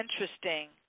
interesting